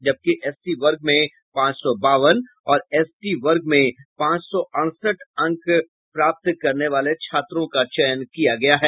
जबकि एससी वर्ग में पांच सौ बावन और एसटी वर्ग में पांच सौ अड़सठ अंक प्राप्त करने वाले छात्रों का चयन किया गया है